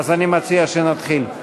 אז אני מציע שנתחיל.